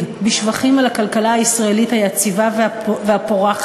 מתייחס לוועדה ההומניטרית בצורה מאוד מסוימת,